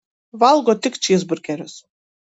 valgo tik čyzburgerius